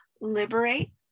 liberate